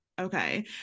okay